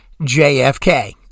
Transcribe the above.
JFK